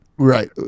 Right